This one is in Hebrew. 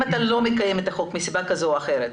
אתה לא מקיים את החוק מסיבה כזו או אחרת,